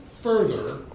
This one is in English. further